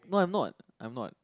no I'm not I'm not